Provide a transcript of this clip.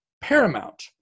paramount